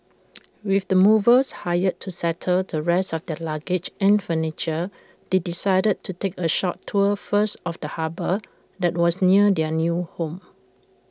with the movers hired to settle the rest of their luggage and furniture they decided to take A short tour first of the harbour that was near their new home